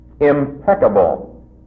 impeccable